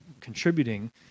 contributing